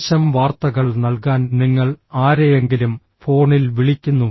മോശം വാർത്തകൾ നൽകാൻ നിങ്ങൾ ആരെയെങ്കിലും ഫോണിൽ വിളിക്കുന്നു